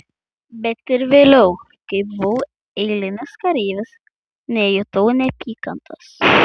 bet ir vėliau kai buvau eilinis kareivis nejutau neapykantos